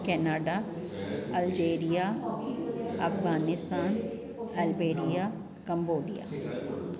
Canada Algeria Afghanistan अलबेरिया Cambodia